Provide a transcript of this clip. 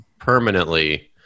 permanently